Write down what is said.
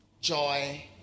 joy